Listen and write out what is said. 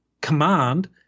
command